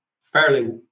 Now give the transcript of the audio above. fairly